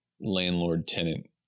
landlord-tenant